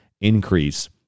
increase